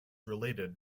related